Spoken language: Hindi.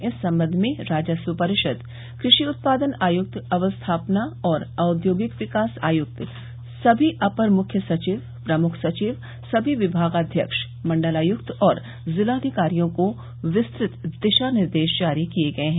इस संबंध में राजस्व परिषद कृषि उत्पादन आयुक्त अवस्थापना एवं औद्योगिक विकास आयुक्त समी अपर मुख्य सचिव प्रमुख सचिव समी विभागाध्यक्ष मंडलायुक्त और जिलाधिकारियों को विस्तृत दिशा निर्देश जारी किये गये हैं